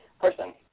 person